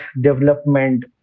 development